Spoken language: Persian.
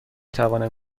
توانم